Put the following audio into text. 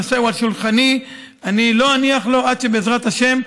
הנושא הוא על שולחני ואני לא אניח לו עד שבעזרת השם,